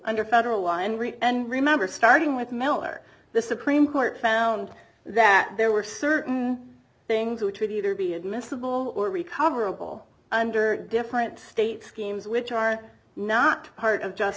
under federal law and remember starting with miller the supreme court found that there were certain things which would either be admissible or recoverable under different state schemes which are not part of just